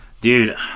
Dude